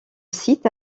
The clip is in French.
site